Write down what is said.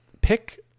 pick